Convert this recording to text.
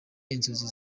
inzozi